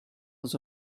was